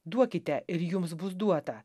duokite ir jums bus duota